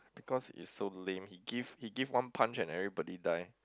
because it's so lame he give he give one punch and everybody die